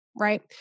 right